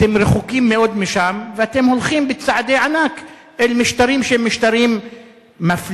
אתם רחוקים מאוד משם ואתם הולכים בצעדי ענק אל משטרים שהם משטרים מפלים,